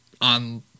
on